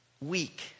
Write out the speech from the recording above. weak